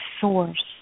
source